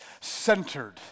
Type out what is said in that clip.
centered